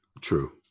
True